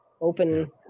open